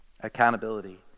accountability